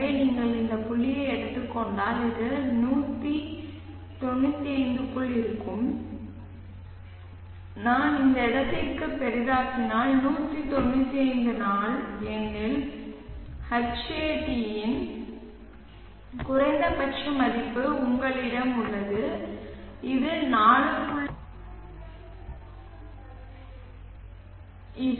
எனவே நீங்கள் இந்த புள்ளியை எடுத்துக் கொண்டால் இது 195 க்குள் இருக்கும் நான் இந்த இடத்திற்கு பெரிதாக்கினால் 195 நாள் எண்ணில் Hatயின் குறைந்தபட்ச மதிப்பு உங்களிடம் உள்ளது இது 4